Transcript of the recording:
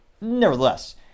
nevertheless